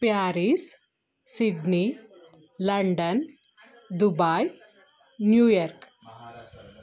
Paris Sydney London Dubai New York